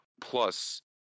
Plus